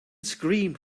screamed